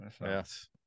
Yes